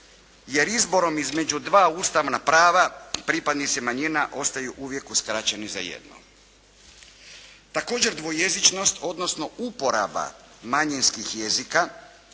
jer izborom između dva ustavna prava pripadnici manjina ostaju uvijek uskraćeni za jedno. Također dvojezičnost, odnosno uporaba manjinskih jezika